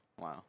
Wow